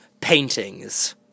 paintings